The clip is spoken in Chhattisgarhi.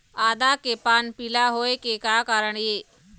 आदा के पान पिला होय के का कारण ये?